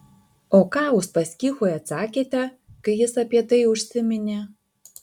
o ką uspaskichui atsakėte kai jis apie tai užsiminė